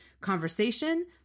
conversation